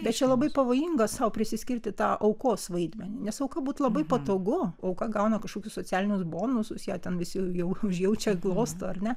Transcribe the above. bet čia labai pavojinga sau prisiskirti tą aukos vaidmenį nes auka būt labai patogu auka gauna kažkokius socialinius bonusus ją ten visi jau užjaučia glosto ar ne